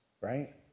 right